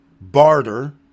Barter